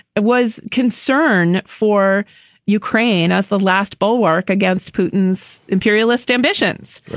it was concern for ukraine as the last bulwark against putin's imperialist ambitions.